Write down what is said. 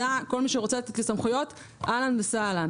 רוצה לתת לי סמכויות אשמח מאוד.